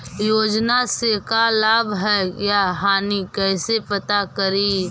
योजना से का लाभ है या हानि कैसे पता करी?